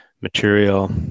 material